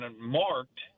marked